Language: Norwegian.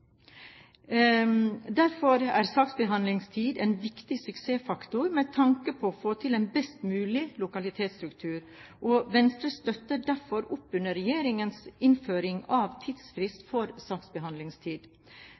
Derfor er saksbehandlingstid en viktig suksessfaktor med tanke på å få til en best mulig lokalitetsstruktur, og Venstre støtter derfor opp under regjeringens innføring av